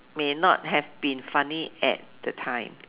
may not have been funny at that time